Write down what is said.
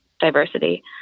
diversity